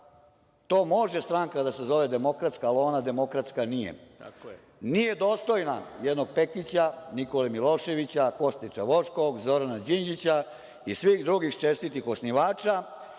to može stranka da se zove demokratska, ali ona demokratska nije. Nije dostojna jednog Pekića, Nikole Miloševića, Koste Čavoškog, Zorana Đinđića i svih drugih čestitih osnivača.